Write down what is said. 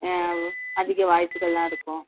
அதிக வாய்ப்புகள் எல்லாம் இருக்கும்